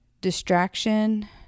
distraction